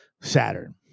Saturn